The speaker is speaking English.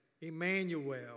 Emmanuel